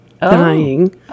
dying